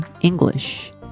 English